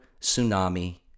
tsunami